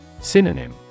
Synonym